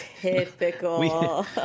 Typical